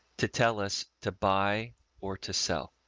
to tell us, to buy or to sell.